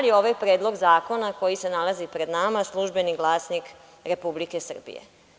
I, da li ovaj predlog zakona koji se nalazi pred nama „Službeni glasnik Republike Srbije“